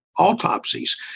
autopsies